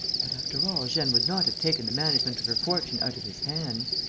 but, after all, jeanne would not have taken the management of her fortune out of his hands!